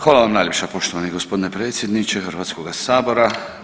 Hvala vam najljepša poštovani gospodine predsjedniče Hrvatskoga sabora.